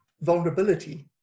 vulnerability